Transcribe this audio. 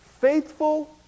faithful